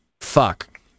Fuck